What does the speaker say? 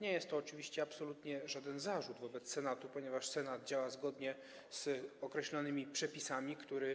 Nie jest to oczywiście absolutnie żaden zarzut wobec Senatu, ponieważ Senat działa zgodnie z określonymi przepisami, które